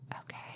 okay